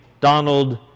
Donald